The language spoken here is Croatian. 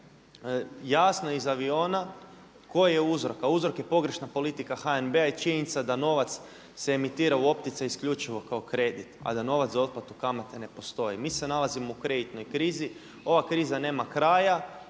jasno je iz aviona koji je uzrok, a uzrok je pogrešna politika HNB-a i činjenica da novac se emitira u opticaj isključivo kao kredit, a da novac za otplatu kamate ne postoji. Mi se nalazimo u kreditnoj krizi, ova kriza nema kraja